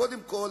קודם כול,